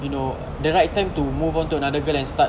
you know the right to move on to another girl and start